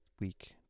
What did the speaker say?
week